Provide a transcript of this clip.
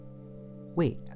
Wait